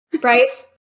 Bryce